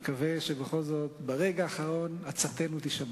תמיד היתה חוויה של קבלת הכרעת הלשכה הזאת בהכנעה,